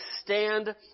stand